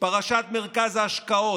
פרשת מרכז ההשקעות,